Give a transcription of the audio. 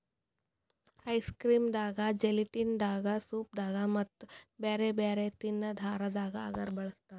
ice cream ದಾಗಾ gelatin ದಾಗಾ soup ದಾಗಾ ಮತ್ತ್ ಬ್ಯಾರೆ ಬ್ಯಾರೆ ತಿನ್ನದ್ ಆಹಾರದಾಗ ಅಗರ್ ಬಳಸ್ತಾರಾ